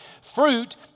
Fruit